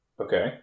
Okay